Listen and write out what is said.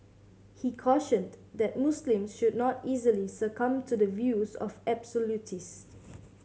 he cautioned that Muslims should not easily succumb to the views of absolutist